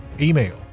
email